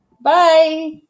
bye